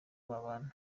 babana